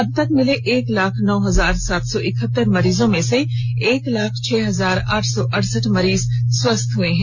अबतक मिले एक लाख नौ हजार सात सौ इकहतर मरीजों में से एक लाख छह हजार आठ सौ अड़सठ मरीज स्वस्थ हो चुके हैं